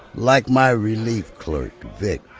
like my relief clerk, vic.